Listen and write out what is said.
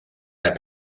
that